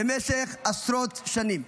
עשרות שנים?